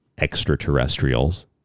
extraterrestrials